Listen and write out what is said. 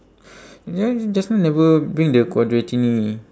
ya just now never bring the quadratini